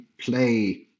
play